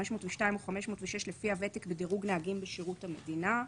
502 או 506 לפי הוותק בדירוג נהגים בשירות המדינה,